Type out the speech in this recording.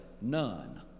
none